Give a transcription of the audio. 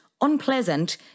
unpleasant